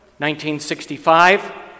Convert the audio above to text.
1965